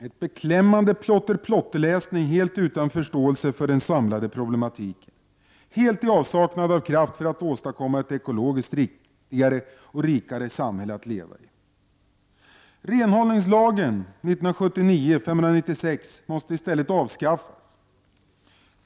Det är en beklämmande plotter-plotter-läsning, helt utan förståelse för den samlade problematiken, helt i avsaknad av kraft för att åstadkomma ett ekologiskt riktigare och rikare samhälle att leva i. Renhållningslagen 1979:596 måste i stället avskaffas.